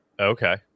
Okay